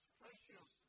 precious